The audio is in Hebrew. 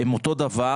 הם אותו דבר,